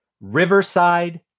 Riverside